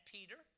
Peter